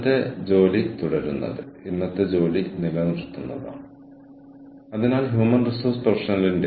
തത്വശാസ്ത്രപരമായി ജീവനക്കാരുടെ താൽപ്പര്യങ്ങൾ സംരക്ഷിക്കാൻ എച്ച്ആർ പ്രൊഫഷണലുകൾ ഉണ്ട്